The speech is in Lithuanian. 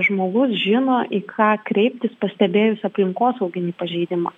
žmogus žino į ką kreiptis pastebėjus aplinkosauginį pažeidimą